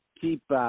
keep